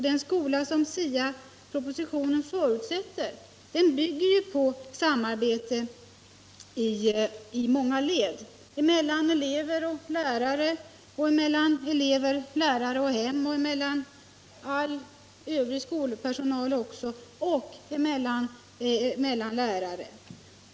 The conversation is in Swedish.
Den skola som SIA-propositionen förutsätter bygger ju på samarbete i många led, mellan elever och lärare, mellan elever, lärare och hem, mellan all övrig skolpersonal och mellan lärare.